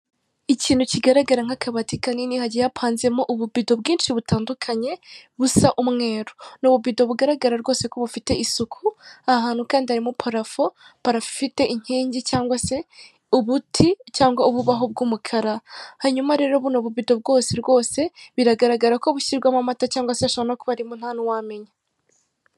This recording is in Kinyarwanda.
Ikintu kigaragara nk'akabati kanini, hagiye hapanzemo ububido bwinshi butandukanye, busa umweru. Ni ububido bugaragara rwose ko bufite isuku, aha hantu kandi harimo parafo, parafo ifite inkingi cyangwa se ubuti, cyangwa ububaho bw'umukara. Hanyuma rero, buno bubido bwose rwose, biragaragara ko bushyirwamo amata cyangwa se ashobora no kuba arimo ntanuwamenya.